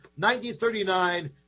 1939